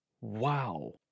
Wow